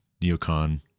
neocon